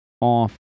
off